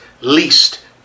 least